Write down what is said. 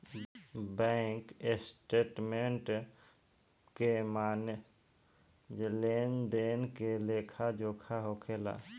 bank statement के माने लेन देन के लेखा जोखा होखेला